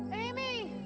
um amy!